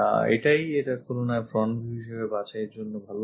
এটাই এটার তুলনায় front view হিসেবে বাছাইয়ের জন্য ভালো হবে